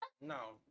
no